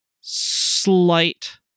slight